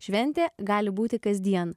šventė gali būti kasdien